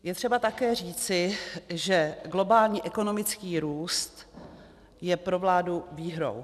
Je třeba také říci, že globální ekonomický růst je pro vládu výhrou.